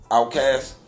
Outcast